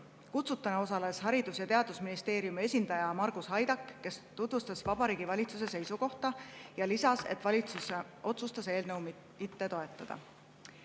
Kutsutuna osales Haridus‑ ja Teadusministeeriumi esindaja Margus Haidak, kes tutvustas Vabariigi Valitsuse seisukohta ja märkis, et valitsus otsustas eelnõu mitte